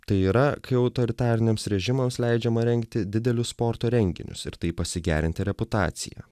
tai yra kai autoritariniams režimams leidžiama rengti didelius sporto renginius ir taip pasigerinti reputaciją